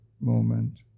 moment